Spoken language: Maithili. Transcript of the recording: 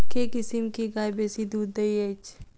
केँ किसिम केँ गाय बेसी दुध दइ अछि?